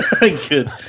good